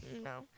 No